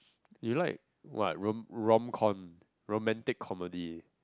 you like what rom~ romcom romantic comedy